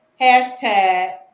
hashtag